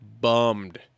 bummed